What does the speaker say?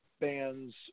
bands